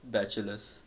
bachelors